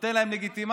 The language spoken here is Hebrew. נותן להם לגיטימציה,